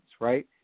right